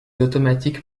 automatiques